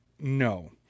no